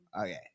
Okay